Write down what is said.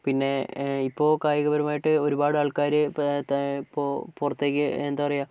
പിന്നെ ഇപ്പോൾ കായികപരമായിട്ട് ഒരുപാട് ആൾക്കാർ പുറത്തേയ്ക്ക് എന്താ പറയുക